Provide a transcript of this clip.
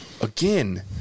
Again